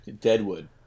Deadwood